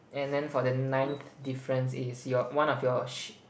and then for the ninth difference is your one of your sh~